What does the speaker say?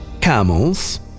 Camels